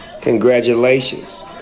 congratulations